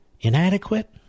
Inadequate